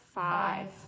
Five